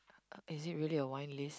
is it really a wine list